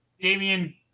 Damian